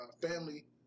family